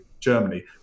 Germany